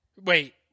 Wait